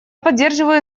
поддерживаю